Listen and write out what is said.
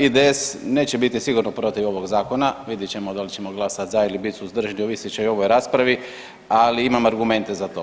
IDS neće biti sigurno protiv ovog zakona, vidjet ćemo da li ćemo glasat za ili bi suzdržani, ovisit će i o ovoj raspravi, ali imam argumente za to.